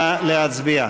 נא להצביע.